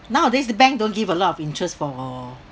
nowadays the bank don't give a lot of interest for